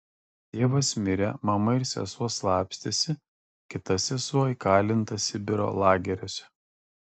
tėvas mirė mama ir sesuo slapstėsi kita sesuo įkalinta sibiro lageriuose